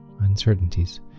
uncertainties